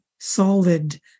solid